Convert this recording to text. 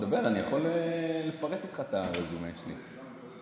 יחידה מיוחדת בחיל הים?